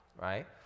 right